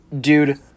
dude